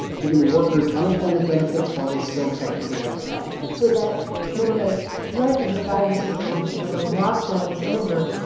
giving the workers unemployment benefits while they still technically have a job so that when the threat of the virus is over, when the lockdown is over,